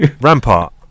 Rampart